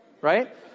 Right